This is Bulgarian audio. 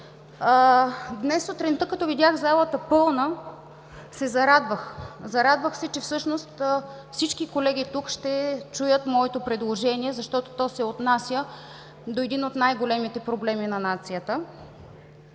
Днес сутринта, като видях залата пълна, се зарадвах. Зарадвах се, че всички колеги тук ще чуят моето предложение, защото то се отнася до един от най-големите проблеми на нацията.